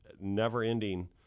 never-ending